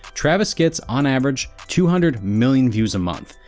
travis gets, on average, two hundred million views a month,